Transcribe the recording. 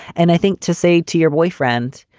and i think to say to your boyfriend,